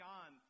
on